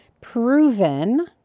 proven